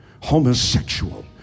homosexual